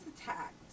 attacked